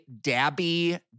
Dabby